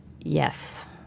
Yes